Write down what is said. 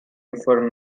before